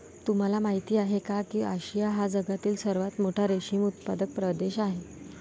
तुम्हाला माहिती आहे का की आशिया हा जगातील सर्वात मोठा रेशीम उत्पादक प्रदेश आहे